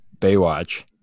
Baywatch